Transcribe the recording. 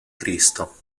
cristo